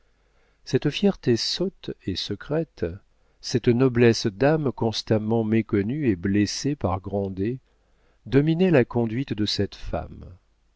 cette fierté sotte et secrète cette noblesse d'âme constamment méconnue et blessée par grandet dominaient la conduite de cette femme